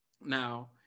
Now